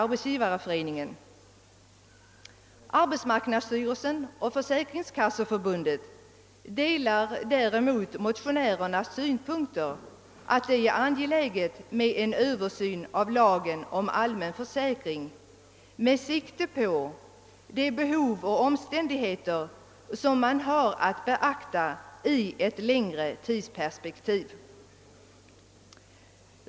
Arbetsmarknadsstyrelsen och Försäkringskasseförbundet delar däremot motionärernas synpunkter att det är angeläget med en översyn av lagen om allmän försäkring med sikte på det behov och de omständigheter som man har att beakta i ett längre tidsperspektiv.